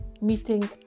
meeting